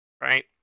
Right